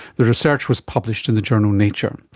the research was published in the journal nature.